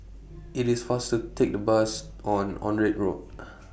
IT IS faster Take The Bus on Onraet Road